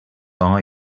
are